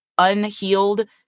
unhealed